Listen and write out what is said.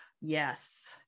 Yes